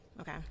Okay